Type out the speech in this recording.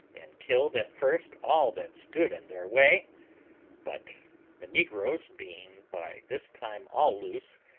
and killed at first all that stood in their way but the negroes being by this time all loose,